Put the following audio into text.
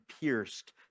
pierced